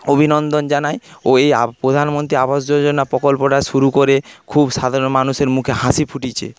অভিনন্দন জানায় ও এই প্রধানমন্ত্রী আবাস যোজনা প্রকল্পটা শুরু করে খুব সাধারণ মানুষের মুখে হাসি ফুটিয়েছে